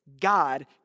God